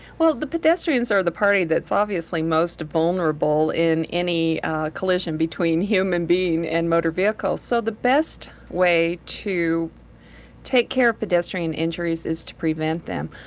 well, the pedestrians are the party that's obviously most vulnerable in any collision between human being and motor vehicle, so the best way to take care of pedestrian injuries is to prevent them.